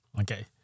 Okay